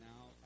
now